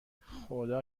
خدا